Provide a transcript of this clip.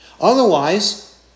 Otherwise